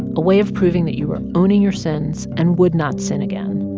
a way of proving that you are owning your sins and would not sin again,